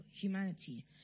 humanity